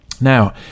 Now